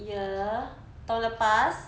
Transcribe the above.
year tahun lepas